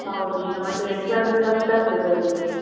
ಹೌದು ಈಗ ಮತ್ತೆ ಎಕ್ಸಾಮಿಗೆ ಕಷ್ಟ ಆಗ್ತದೆ ಅವರಿಗೆ